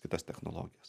kitas technologijas